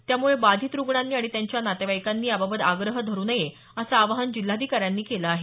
त्यामुळे बाधित रुग्णांनी आणि त्यांच्या नातेवाईकांनी याबाबत आग्रह धरु नये असं आवाहन जिल्हाधिकाऱ्यांनी केलं आहे